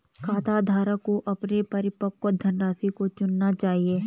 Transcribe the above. खाताधारक को अपने परिपक्व धनराशि को चुनना चाहिए